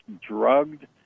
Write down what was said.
drugged